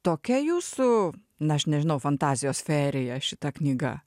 tokia jūsų na aš nežinau fantazijos fejerija šita knyga